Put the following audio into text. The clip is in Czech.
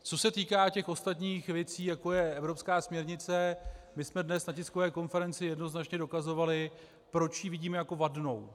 Co se týká ostatních věcí, jako je evropská směrnice, my jsme dnes na tiskové konferenci jednoznačně dokazovali, proč ji vidíme jako vadnou.